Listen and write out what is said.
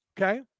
okay